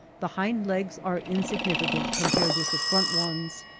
the hind legs are in significant compared with the front ones,